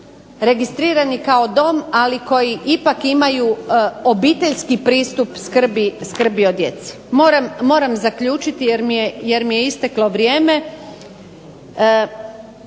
registrirani kao dom ali koji ipak imaju obiteljski pristup skrbi o djeci. Moram zaključiti jer mi je isteklo vrijeme.